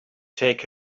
take